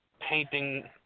painting